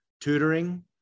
tutoring